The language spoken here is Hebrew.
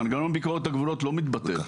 מנגנון ביקורת הגבולות לא מתבטל.